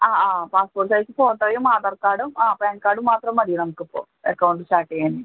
ആ ആ passport size ഫോട്ടോയും ആധാർ കാർഡും ആ പാൻ കാർഡും മാത്രം മതി നമുക്ക് ഇപ്പോൾ അക്കൗണ്ട് സ്റ്റാർട്ട് ചെയ്യാൻ ആയിട്ട്